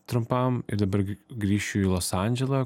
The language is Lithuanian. trumpam ir dabar grį grįšiu į los andželą